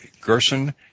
Gerson